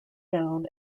down